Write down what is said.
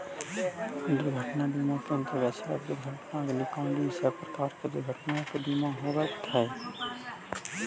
दुर्घटना बीमा के अंतर्गत सड़क दुर्घटना अग्निकांड इ सब प्रकार के दुर्घटना के बीमा होवऽ हई